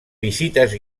visites